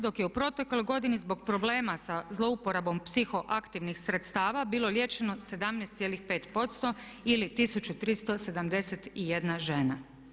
Dok je u protekloj godini zbog problema sa zlouporabom psihoaktivnih sredstava bilo liječeno 17,5% ili 1371 žena.